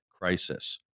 crisis